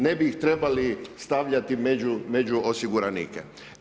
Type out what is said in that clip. Ne bi ih trebali stavljati među osiguranike.